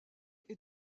est